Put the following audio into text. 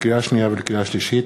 לקריאה שנייה ולקריאה שלישית: